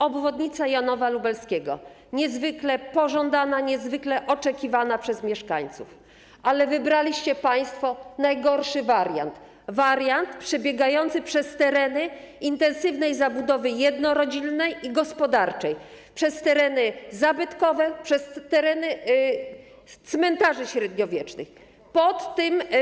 Obwodnica Janowa Lubelskiego jest niezwykle pożądana, niezwykle oczekiwana przez mieszkańców, ale wybraliście państwo najgorszy wariant, wariant przebiegający przez tereny intensywnej zabudowy jednorodzinnej i gospodarczej, przez tereny zabytkowe, przez tereny średniowiecznych cmentarzy.